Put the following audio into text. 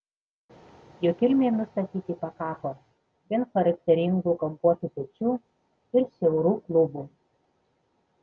jo kilmei nustatyti pakako vien charakteringų kampuotų pečių ir siaurų klubų